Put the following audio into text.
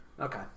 Okay